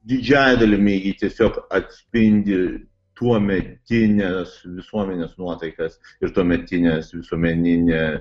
didžiąja dalimi ji tiesiog atspindi tuometinės visuomenės nuotaikas ir tuometinės visuomeninė